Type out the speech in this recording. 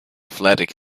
athletic